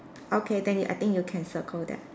okay then I think you can circle that